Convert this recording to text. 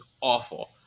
awful